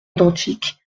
identiques